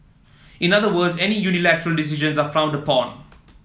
in other words any unilateral decisions are frowned upon